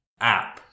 app